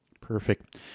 Perfect